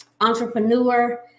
entrepreneur